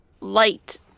light